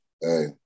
Hey